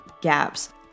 gaps